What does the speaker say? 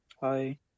Hi